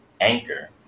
Anchor